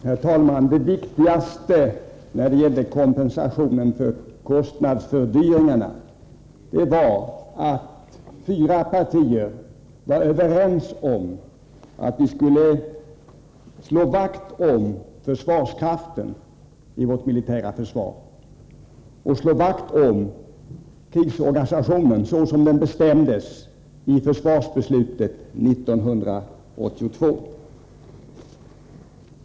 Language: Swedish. Herr talman! Det viktigaste när det gällde kompensationen för kostnadsfördyringarna var att fyra partier var överens om att man skulle slå vakt om försvarskraften i det militära försvaret och slå vakt om krigsorganisationen såsom den bestämdes i försvarsbeslutet 1982.